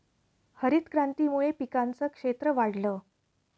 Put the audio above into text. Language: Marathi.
हरितक्रांतीमुळे पिकांचं क्षेत्र वाढलं